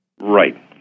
Right